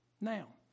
Now